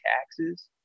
taxes